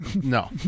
no